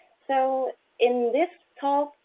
so in this talk,